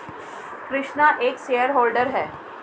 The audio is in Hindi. कृष्णा एक शेयर होल्डर है